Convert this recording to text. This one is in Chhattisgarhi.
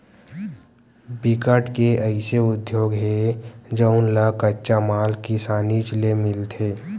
बिकट के अइसे उद्योग हे जउन ल कच्चा माल किसानीच ले मिलथे